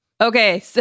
okay